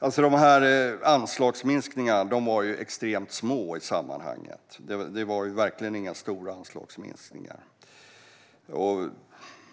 Fru talman! Anslagsminskningarna var ju extremt små i sammanhanget. Det var verkligen inga stora anslagsminskningar. Varför man